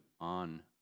on